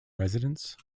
residence